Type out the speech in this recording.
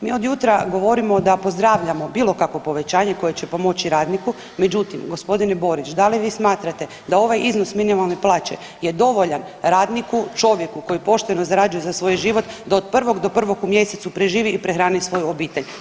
Mi od jutra govorimo da pozdravljamo bilo kakvo povećanje koje će pomoći radniku, međutim g. Borić da li vi smatrate da ovaj iznos minimalne plaće je dovoljan radniku, čovjeku koji pošteno zarađuje za svoj život da od prvog do prvog u mjesecu preživi i prehrani svoju obitelj?